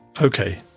Okay